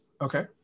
Okay